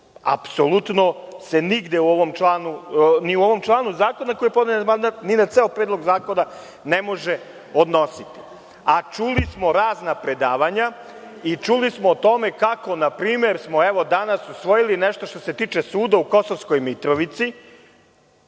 apsolutno se nigde ni u ovom članu zakona na koji je podnet amandman, ni na ceo Predlog zakona ne može odnositi. Čuli smo razna predavanja i čuli smo o tome kako smo, na primer, danas usvojili nešto što se tiče suda u Kosovskoj Mitrovici,